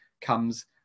comes